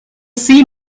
see